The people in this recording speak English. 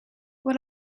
what